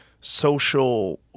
social